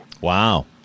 Wow